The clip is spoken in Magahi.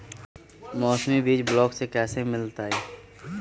मौसमी बीज ब्लॉक से कैसे मिलताई?